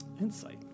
Insight